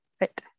right